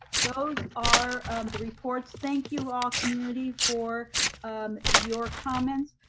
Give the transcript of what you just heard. those are the reports. thank you all community for um your comments.